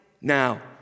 now